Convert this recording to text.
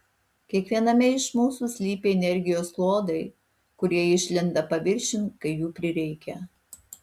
kiekviename iš mūsų slypi energijos klodai kurie išlenda paviršiun kai jų prireikia